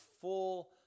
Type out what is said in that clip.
full